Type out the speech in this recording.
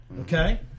Okay